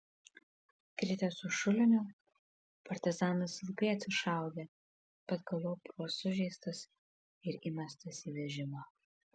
kritęs už šulinio partizanas ilgai atsišaudė bet galop buvo sužeistas ir įmestas į vežimą